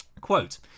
Quote